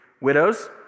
widows